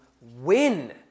win